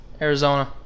Arizona